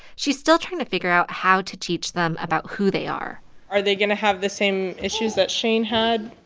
she's still trying to figure out how to teach them about who they are are they going to have the same issues that shane had